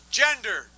gender